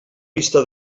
vista